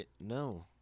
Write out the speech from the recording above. No